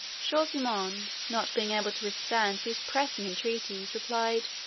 shaw zummaun, not being able to withstand these pressing entreaties, replied,